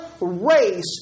race